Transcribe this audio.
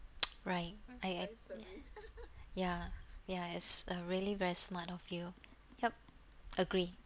right I I ya ya is a really very smart of you yup agree